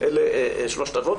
אלה שלוש העבירות,